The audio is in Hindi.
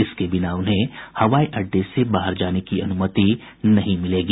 इसके बिना उन्हें हवाई अड्डे से बाहर जाने की अनुमति नहीं मिलेगी